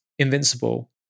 invincible